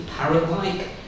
parrot-like